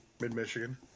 Mid-Michigan